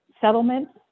settlements